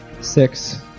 six